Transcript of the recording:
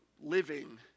living